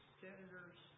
senators